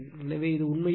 எனவே இது உண்மையில் 2